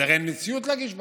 אז הרי אין מציאות להגיש בקשה.